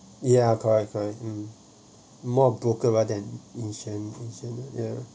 ya correct correct more broker rather than insurance insurance ya